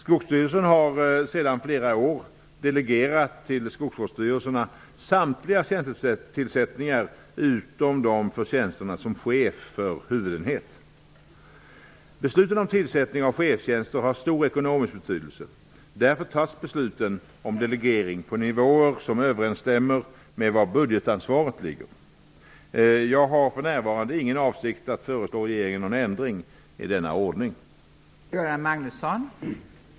Skogsstyrelsen har sedan flera år delegerat till skogsvårdsstyrelserna att tillsätta samtliga tjänster utom dem som chef för huvudenhet. Besluten om tillsättning av chefstjänster har stor ekonomisk betydelse. Därför tas besluten om delegering på nivåer som överensstämmer med var budgetansvaret ligger. Jag har för närvarande ingen avsikt att föreslå regeringen någon ändring i denna ordning.